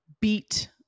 Beat